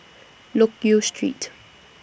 Loke Yew Street